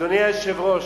אדוני היושב-ראש,